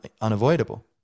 unavoidable